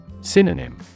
Synonym